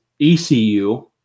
ECU